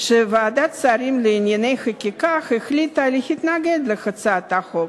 שוועדת שרים לענייני חקיקה החליטה להתנגד להצעת החוק.